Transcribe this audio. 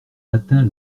latins